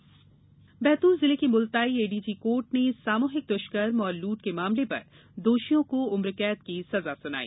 court सजा बैतूल जिले की मुलताई एडीजे कोर्ट ने सामूहिक द्ष्कर्म और लूट के मामले पर दोषियों को उम्रकैद की संजा सुनाई